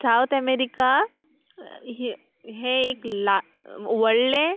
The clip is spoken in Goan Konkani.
सावत एमेरिका हें एक ला व्हडलें